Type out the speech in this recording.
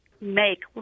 make